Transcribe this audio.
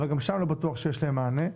אבל גם שם לא בטוח שיש להם מענה.